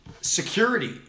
security